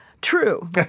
True